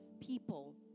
people